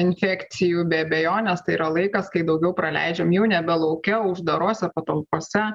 infekcijų be abejonės tai yra laikas kai daugiau praleidžiam jau nebe lauke uždarose patalpose